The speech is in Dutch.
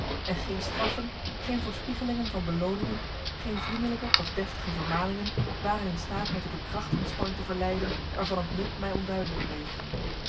en geen straffen geen voorspiegelingen van belooningen geen vriendelijke of deftige vermaningen waren in staat mij tot een krachtsinspanning te verleiden waarvan het nut mij onduidelijk bleef